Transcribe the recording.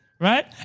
Right